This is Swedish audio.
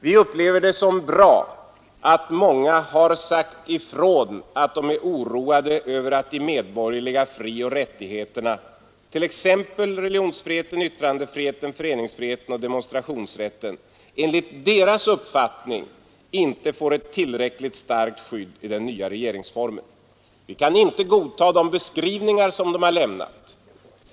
Vi upplever det som bra att många har sagt ifrån att de är oroliga över att de medborgerliga frioch rättigheterna, t.ex. religionsfriheten, yttrandefriheten, föreningsfriheten och demonstrationsfriheten enligt deras uppfattning inte får ett tillräckligt starkt skydd i den nya regeringsformen. Vi kan inte godta de beskrivningar som de har lämnat.